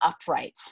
upright